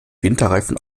winterreifen